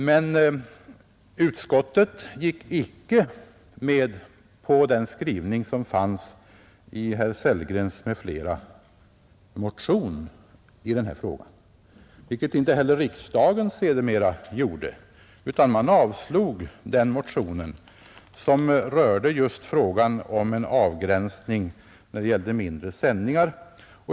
Men utskottet gick inte med på den skrivning som fanns i herr Sellgrens m.fl. motion i den här frågan, vilket inte heller riksdagen sedermera gjorde. Utskottet avstyrkte och riksdagen avslog den motionen, som rörde just frågan om en avgränsning när det gällde mindre sändningar.